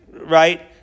right